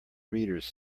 readers